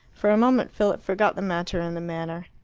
for a moment philip forgot the matter in the manner